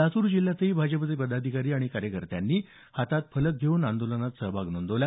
लातूर जिल्ह्यातही भाजपचे पदाधिकारी आणि कार्यकर्त्यांनी हातात फलक घेऊन आंदोलनात सहभाग नोंदवला